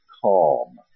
calm